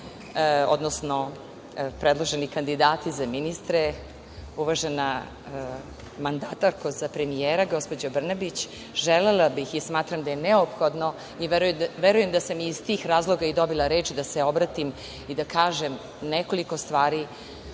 odnosno predloženi kandidati za ministre, uvažena mandatarko za premijera, gospođo Branbić, želela bih i smatram da je neophodno i verujem da sam iz tih razloga dobila reč da se obratim i da kažem nekoliko stvari